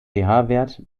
wert